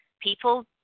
people